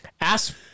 Ask